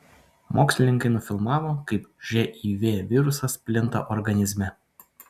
mokslininkai nufilmavo kaip živ virusas plinta organizme